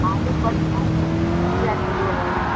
आलू पच आलू चालीस रुपया किलो है